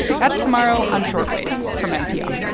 that's tomorrow on short wave from npr